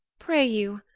pray you,